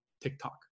TikTok